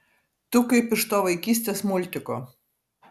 tu kaip iš to vaikystės multiko